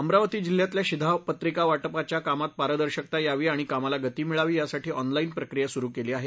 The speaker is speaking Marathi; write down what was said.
अमरावती जिल्ह्यातल्या शिधापत्रिका वाटपाच्या कामात पारदर्शकाता यावी आणि कामाला गती मिळावी यासाठी ऑनलाईन प्रक्रिया सुरु केली आहे